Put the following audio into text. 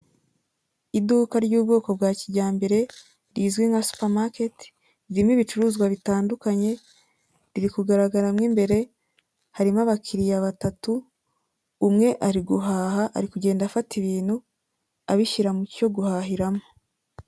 Iduka ry'ubwoko bwa kijyambere rizwi nka supamaketi ririmo ibicuruzwa bitandukanye, riri kugaragaramo imbere. Harimo abakiriya batatu, umwe ari guhaha ari kugenda afata ibintu abishyira mu cyo guhahiramo.